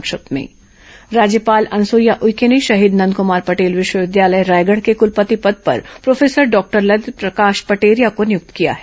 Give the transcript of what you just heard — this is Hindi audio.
संक्षिप्त समाचार राज्यपाल अनुसुईया उइके ने शहीद नंदकुमार पटेल विश्वविद्यालय रायगढ़ के कुलपति पद पर प्रोफेसर डॉक्टर ललित प्रकाश पटेरिया को नियुक्त किया है